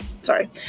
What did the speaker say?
sorry